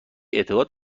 اعتقاد